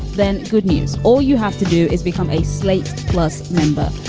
then good news. all you have to do is become a slate plus member.